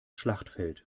schlachtfeld